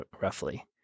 roughly